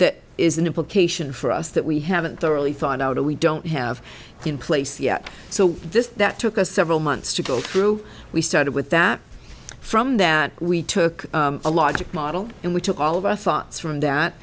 that is an implication for us that we haven't really thought out of we don't have in place yet so this that took us several months to go through we started with that from that we took a logic model and we took all of our thoughts from that